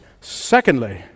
Secondly